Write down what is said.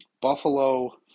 Buffalo